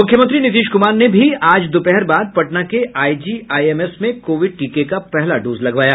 मुख्यमंत्री नीतीश क्रमार ने भी आज दोपहर बाद पटना के आईजीआईएमएस में कोविड टीके का पहला डोज लगवाया